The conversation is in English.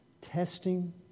testing